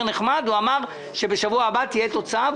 נחמד והוא אמר שבשבוע הבא תהיה תוצאה,